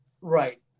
Right